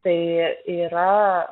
tai yra